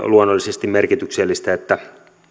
luonnollisesti merkityksellistä että